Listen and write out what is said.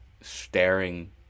staring